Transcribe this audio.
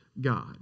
God